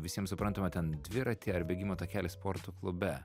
visiems suprantamą ten dviratį ar bėgimo takelį sporto klube